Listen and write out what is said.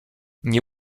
nie